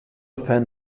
fan